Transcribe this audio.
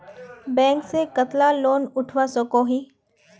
Bank से कतला loan उठवा सकोही?